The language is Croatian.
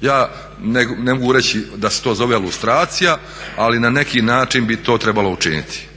Ja ne mogu reći da se to zove lustracija ali na neki način bi to trebalo učiniti.